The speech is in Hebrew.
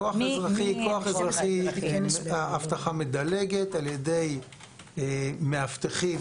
כוח אזרחי האבטחה מדלגת על ידי מאבטחים